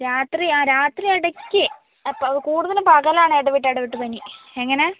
രാത്രി രാത്രി ഇടക്ക് എ പ കൂടുതലും പകലാണ് ഇടവിട്ട് ഇടവിട്ട് പനി എങ്ങനെ